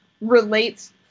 relates